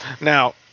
Now